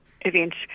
events